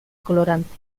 colorante